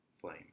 flame